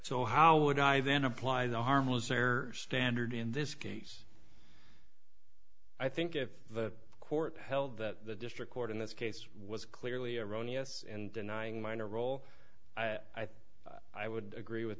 so how would i then apply the harmless error standard in this case i think if the court held that district court in this case was clearly erroneous and denying minor role i think i would agree with